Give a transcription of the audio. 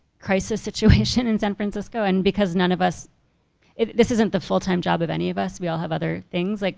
crisis situation in san francisco and because none of us this isn't the full-time job of any of us we all have other things. like